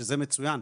זה מצוין,